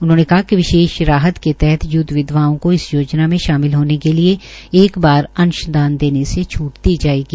उन्होंने कहा कि विशेष राहत के तहत यदव विधवाओं को इस योजना में शामिल होने के लिये एक बार अंशदान देने से छूट दी जायेगी